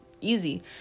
easy